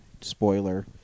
spoiler